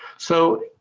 so,